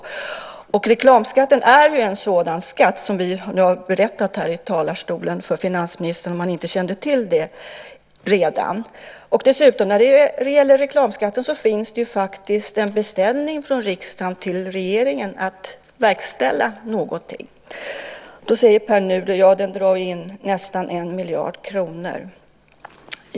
Reklamskatten är en skatt av det slag som vi här i talarstolen berättat om för finansministern - om han inte redan kände till det. När det gäller reklamskatten finns det dessutom en beställning från riksdagen till regeringen om att verkställa något. Pär Nuder säger att reklamskatten drar in nästan 1 miljard kronor.